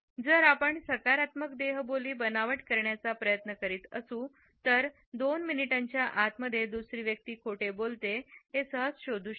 जर आपण सकारात्मक देहबोली बनावट करण्याचा प्रयत्न करीतअसो तर 2 मिनिटांच्या आत मध्ये दुसरी व्यक्ती खोटे बोलतोय हे सहज शोधू शकते